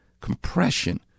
Compression